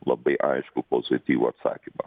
labai aiškų pozityvų atsakymą